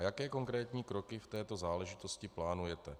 A jaké konkrétní kroky k této záležitosti plánujete?